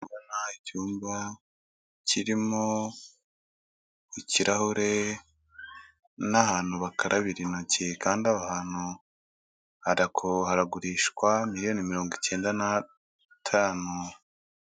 Ndabona icyumba kirimo ikirahure n'ahantu bakarabira intoki, kandi aho hantu haragurishwa miriyoni mirongo icyenda n'atanu.